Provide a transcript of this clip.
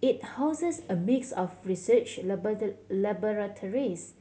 it houses a mix of research laboratories